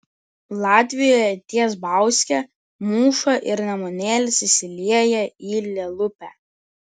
latvijoje ties bauske mūša ir nemunėlis įsilieja į lielupę